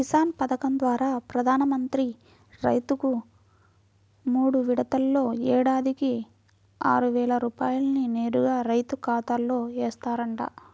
కిసాన్ పథకం ద్వారా ప్రధాన మంత్రి రైతుకు మూడు విడతల్లో ఏడాదికి ఆరువేల రూపాయల్ని నేరుగా రైతు ఖాతాలో ఏస్తారంట